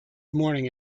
morning